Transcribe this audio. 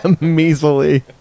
Measly